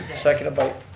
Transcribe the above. second by